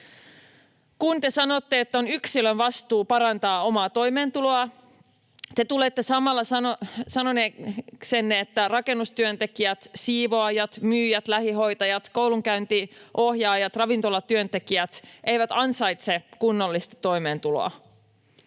Kun te sanotte, että on yksilön vastuu parantaa omaa toimeentuloaan, te tulette samalla sanoneeksi, että rakennustyöntekijät, siivoojat, myyjät, lähihoitajat, koulunkäyntiavustajat tai ravintolatyöntekijät eivät ansaitse kunnollista toimeentuloa.